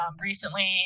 recently